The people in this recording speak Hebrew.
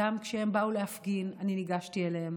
וגם כשהם באו להפגין אני ניגשתי אליהם.